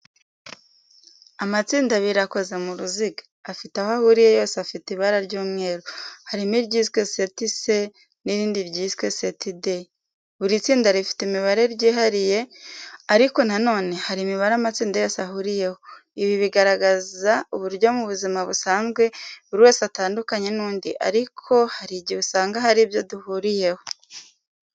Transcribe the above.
Amatsinda abiri akoze mu ruziga, afite aho ahuriye yose afite ibara ry'umweru, harimo iryiswe seti C n'irindi ryiswe seti D. Buri tsinda rifite imibare ryihariye ariko na none hari imibare amatsinda yose ahuriyeho. Ibi bigaragaza uburyo mu buzima busanzwe buri wese atandukanye n'undi ariko hari igihe usanga hari ibyo duhuriyeho.